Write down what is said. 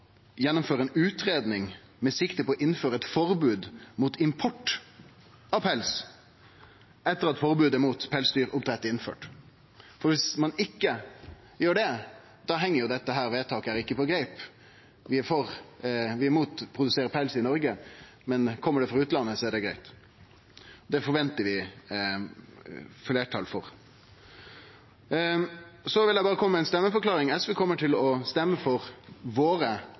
gjennomføre ei utgreiing med sikte på å innføre eit forbod mot import av pels, etter at forbodet mot pelsdyroppdrett er innført. For viss ein ikkje gjer det, heng jo ikkje dette vedtaket på greip – om vi er imot å produsere pels i Noreg, mens det er greitt om han kjem frå utlandet. Dette forventar vi eit fleirtal for. Så vil eg berre kome med ei stemmeforklaring. SV kjem til å stemme for forslaga våre.